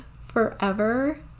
forever